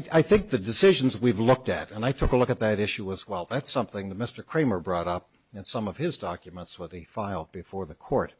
filed i think the decisions we've looked at and i took a look at that issue as well that's something the mr cramer brought up in some of his documents what the file before the court